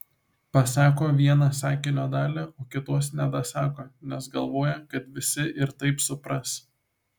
pasako vieną sakinio dalį o kitos nedasako nes galvoja kad visi ir taip supras